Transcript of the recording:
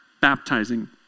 baptizing